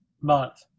month